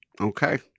Okay